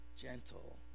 gentle